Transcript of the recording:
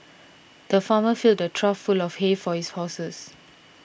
the farmer filled a trough full of hay for his horses